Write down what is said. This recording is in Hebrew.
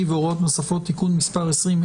9),